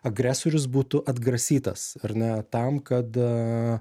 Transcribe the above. agresorius būtų atgrasytas ar ne tam kad